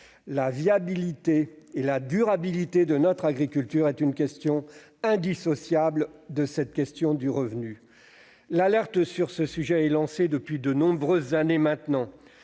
La viabilité et la durabilité de notre agriculture sont une question indissociable de la question du revenu. L'alerte sur ce sujet est lancée depuis de nombreuses années. Déjà, dans